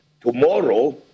Tomorrow